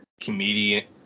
comedian